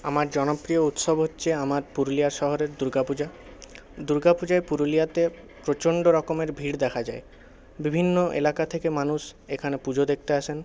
আমার জনপ্রিয় উৎসব হচ্ছে আমার পুরুলিয়া শহরের দুর্গাপুজা দুর্গাপূজায় পুরুলিয়াতে প্রচন্ড রকমের ভিড় দেখা যায় বিভিন্ন এলাকা থেকে মানুষ এখানে পুজো দেখতে আসেন